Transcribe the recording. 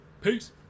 Peace